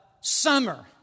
summer